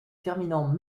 terminant